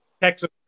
Texas